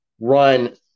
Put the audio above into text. run –